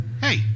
Hey